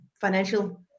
financial